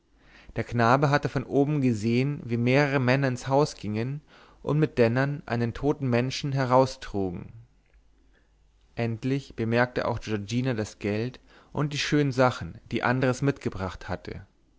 der knabe hatte von oben herab gesehen wie mehrere männer ins haus gingen und mit dennern einen toten menschen heraustrugen endlich bemerkte auch giorgina das geld und die schönen sachen die andres mitgebracht hatte